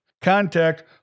Contact